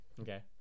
Okay